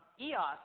EOS